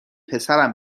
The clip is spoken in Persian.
پسرم